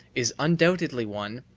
is undoubtedly one,